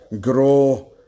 Grow